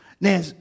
Now